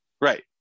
right